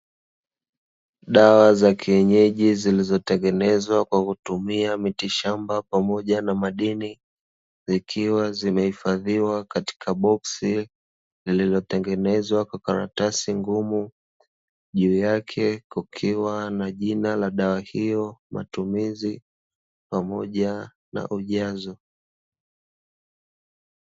Dawa za kienyeji zilizotengenezwa kwa kutumia miti shamba pamoja na madini, ikiwa zimehifadhiwa katika boxsi lililotengenezwa kwa karatasai ngumu. Juu yake kukiwa na jina la dawa hiyo, matumizi, pamoja na ujazo.